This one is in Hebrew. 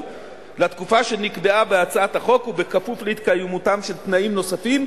לתקופה שנקבעה בהצעת החוק ובכפוף להתקיימותם של תנאים נוספים,